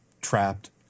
trapped